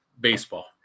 baseball